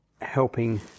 helping